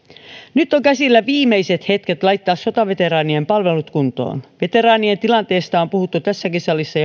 nyt on käsillä viimeiset hetket laittaa sotaveteraanien palvelut kuntoon veteraanien tilanteesta on puhuttu tässäkin salissa